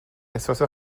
احساس